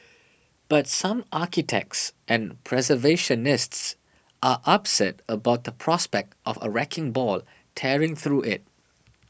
but some architects and preservationists are upset about the prospect of a wrecking ball tearing through it